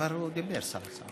הוא כבר דיבר, סאלח סעד.